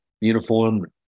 uniform